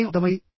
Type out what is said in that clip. మీకేం అర్థమైంది